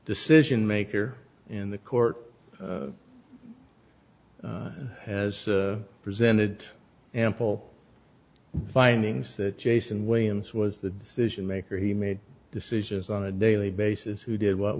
decision maker in the court as presented ample findings that jason williams was the decision maker he made decisions on a daily basis who did what